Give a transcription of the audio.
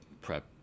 prep